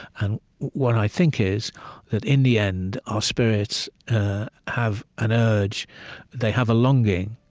and what i think is that in the end, our spirits have an urge they have a longing,